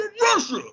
Russia